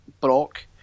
Brock